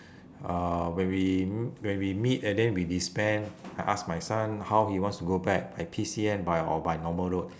uh when we m~ when we meet and then we disband I ask my son how he wants to go back by P_C_N by or by normal road